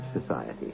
society